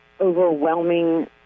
overwhelming